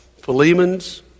Philemons